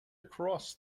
across